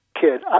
kid